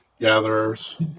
gatherers